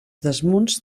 desmunts